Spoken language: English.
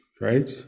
Right